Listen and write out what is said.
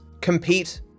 compete